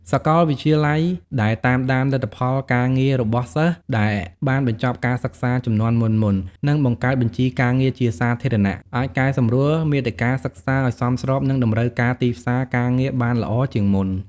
សាកលវិទ្យាល័យដែលតាមដានលទ្ធផលការងាររបស់សិស្សដែលបានបញ្ចប់ការសិក្សាជំនាន់មុនៗ និងបង្កើតបញ្ជីការងារជាសាធារណៈ អាចកែសម្រួលមាតិកាសិក្សាឲ្យសមស្របនឹងតម្រូវការទីផ្សារការងារបានល្អជាងមុន។